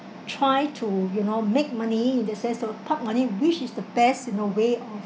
try to you know make money in the sense of park money which is the best in a way of